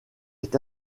est